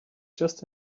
just